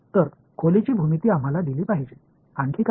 तर खोलीची भूमिती आम्हाला दिली पाहिजे आणखी काय